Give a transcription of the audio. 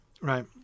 right